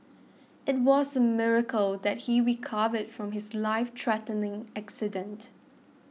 it was a miracle that he recovered from his life threatening accident